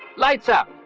lights-out.